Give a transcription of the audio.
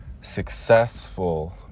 successful